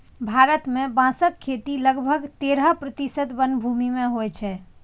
भारत मे बांसक खेती लगभग तेरह प्रतिशत वनभूमि मे होइ छै